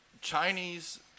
Chinese